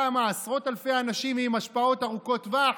כמה עשרות אלפי אנשים עם השפעות ארוכות טווח,